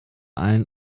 allem